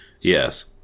Yes